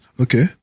Okay